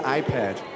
iPad